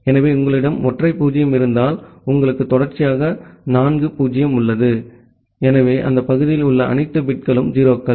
எனவே உங்களிடம் ஒற்றை 0 இருந்தால் உங்களுக்கு தொடர்ச்சியாக 4 0 உள்ளது எனவே அந்த பகுதியில் உள்ள அனைத்து பிட்களும் 0 கள்